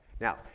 Now